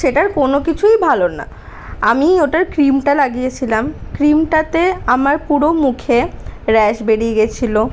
সেটার কোনো কিছুই ভালো না আমি ওটার ক্রিমটা লাগিয়েছিলাম ক্রিমটাতে আমার পুরো মুখে র্যাশ বেড়িয়ে গেছিল